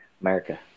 America